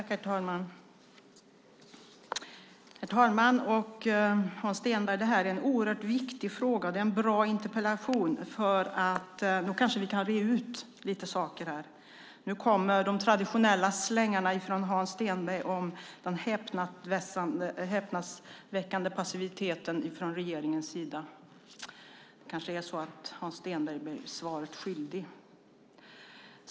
Herr talman! Det här är en oerhört viktig fråga, och det är en bra interpellation. Då kanske vi kan reda ut en del saker. Nu kommer de traditionella slängarna från Hans Stenberg om den häpnadsväckande passiviteten från regeringens sida. Det är kanske så att Hans Stenberg blir svaret skyldig.